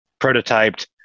prototyped